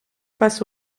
face